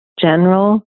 general